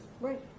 Right